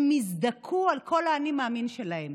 הם הזדכו על כל האני-מאמין שלהם,